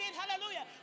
hallelujah